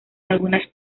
algunas